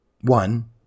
one